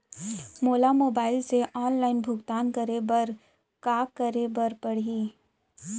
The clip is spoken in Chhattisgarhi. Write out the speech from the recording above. मोला मोबाइल से ऑनलाइन भुगतान करे बर का करे बर पड़ही?